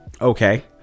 okay